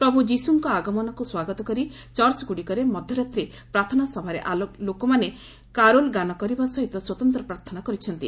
ପ୍ରଭୁ ଯୀଶୁଙ୍କ ଆଗମନକୁ ସ୍ୱାଗତ କରି ଚର୍ଚ୍ଚଗୁଡ଼ିକରେ ମଧ୍ୟରାତ୍ରୀ ପ୍ରାର୍ଥନା ସଭାରେ ଲୋକମାନେ କାରୋଲ୍ ଗାନ କରିବା ସହିତ ସ୍ୱତନ୍ତ୍ର ପ୍ରାର୍ଥନା କରିଛନ୍ତି